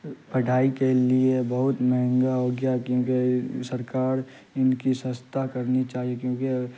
پڑھائی کے لیے بہت مہنگا ہو گیا ہے کیونکہ سرکار ان کی سستا کرنی چاہیے کیونکہ